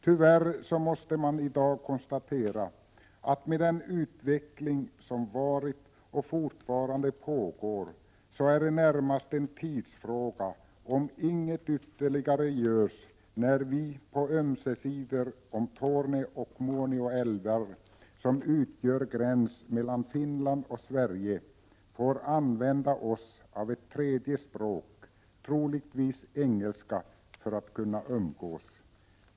Tyvärr måste man i dag konstatera att med den utveckling som varit och som fortfarande pågår, är det närmast en tidsfråga om inget ytterligare görs, innan vi på ömse sidor om Torne älv och Muonio älv, som utgör gräns mellan Finland och Sverige, får använda oss av ett tredje språk, troligtvis engelska, för att kunna umgås.